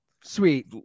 Sweet